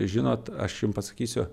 žinot aš jum pasakysiu